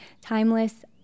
timeless